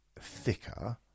thicker